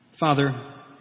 Father